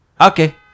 okay